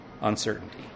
Uncertainty